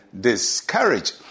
discouraged